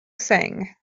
seng